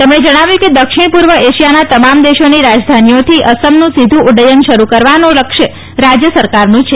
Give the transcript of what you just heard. તેમણે જણાવ્યું કે દક્ષિણ પૂર્વ એશિયાના તમામ દેશોની રાજધાનીઓથી અસમનું સીધું ઉક્રયન શરૂ કરવાનો રાજ્ય સરકારનું લક્ષ્ય છે